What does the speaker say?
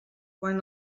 quan